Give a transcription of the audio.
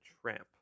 tramp